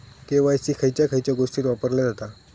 KYC खयच्या खयच्या गोष्टीत वापरला जाता?